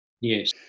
yes